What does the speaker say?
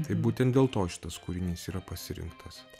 tai būten dėl to šitas kūrinys yra pasirinktas